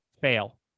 fail